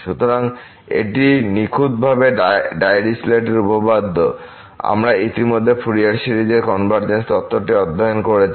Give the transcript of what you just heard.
সুতরাং এটি নিখুঁতভাবে ডাইরিচলেটের উপপাদ্য আমরা ইতিমধ্যে ফুরিয়ার সিরিজের কনভারজেন্স তত্ত্বটি অধ্যয়ন করেছি